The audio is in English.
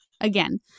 again